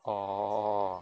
orh